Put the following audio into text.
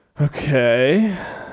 Okay